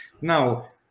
Now